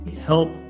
help